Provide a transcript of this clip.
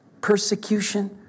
persecution